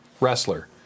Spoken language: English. wrestler